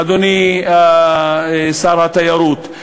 אדוני שר התיירות.